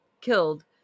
killed